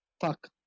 Fuck